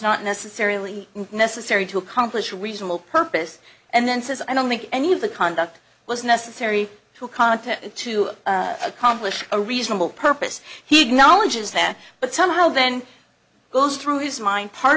not necessarily necessary to accomplish reasonable purpose and then says i don't think any of the conduct was necessary to content to accomplish a reasonable purpose he acknowledges that but somehow then goes through his mind part